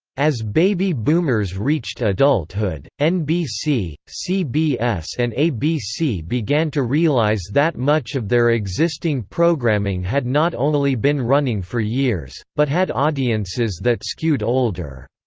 as baby boomers reached adulthood, nbc, cbs and abc began to realize that much of their existing programming had not only been running for years, but had audiences that skewed older.